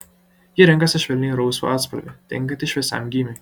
ji renkasi švelniai rausvą atspalvį tinkantį šviesiam gymiui